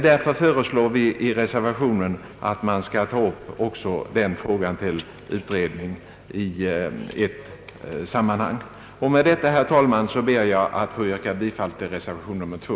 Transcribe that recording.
Därför föreslår vi i reservationen att frågan om beskattningen av de periodiska understöden tas upp till utredning i sammanhang med den begärda utredningen om studiemedlen. Med detta, herr talman, ber jag att få yrka bifall till reservation 2.